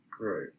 Right